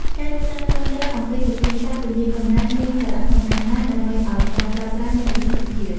ការយល់ដឹងត្រឹមត្រូវអំពីវិធីសាស្ត្រពន្យារកំណើតមានសារៈសំខាន់ណាស់ ដើម្បីឲ្យការប្រើប្រាស់មានប្រសិទ្ធភាព។